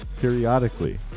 periodically